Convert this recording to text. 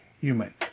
human